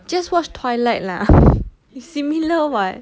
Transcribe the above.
just watch twilight lah